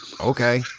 okay